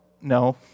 no